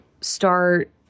start